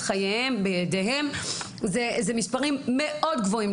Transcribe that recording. חייהם בידיהם זה מספרים מאוד גבוהים.